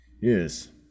Yes